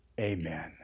Amen